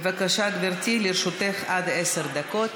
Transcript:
בבקשה, גברתי, לרשותך עד עשר דקות.